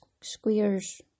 squares